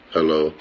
Hello